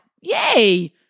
yay